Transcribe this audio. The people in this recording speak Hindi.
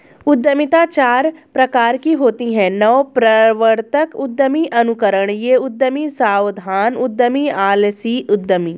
उद्यमिता चार प्रकार की होती है नवप्रवर्तक उद्यमी, अनुकरणीय उद्यमी, सावधान उद्यमी, आलसी उद्यमी